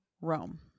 Rome